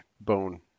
bone